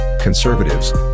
Conservatives